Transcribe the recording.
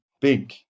big